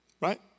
Right